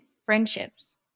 friendships